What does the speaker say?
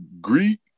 Greek